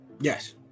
Yes